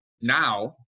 now